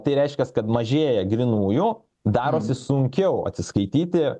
tai reiškias kad mažėja grynųjų darosi sunkiau atsiskaityti